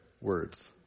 words